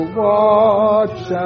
watch